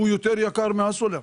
הוא יוקר יקר מהסולר.